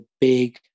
big